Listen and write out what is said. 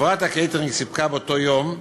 חברת הקייטרינג סיפקה באותו יום,